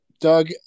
Doug